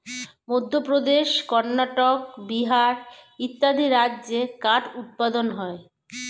মধ্যপ্রদেশ, কর্ণাটক, বিহার ইত্যাদি রাজ্যে কাঠ উৎপাদন হয়